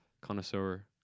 connoisseur